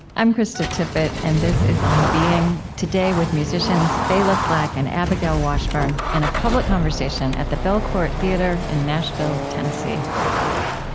i'm krista tippett, and this is on being. today, with musicians bela fleck and abigail washburn in a public conversation at the belcourt theatre in nashville, tennessee